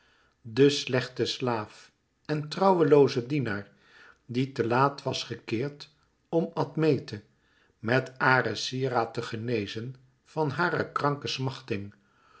den slèchten slaaf en trouwloozen dienaar die te laat was gekeerd om admete met ares sieraad te genezen van hare kranke smachting